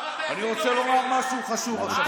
אני רוצה לומר משהו חשוב עכשיו, סימון.